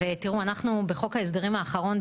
ותראו אנחנו בחוק ההסדרים האחרון,